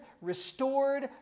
restored